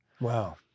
Wow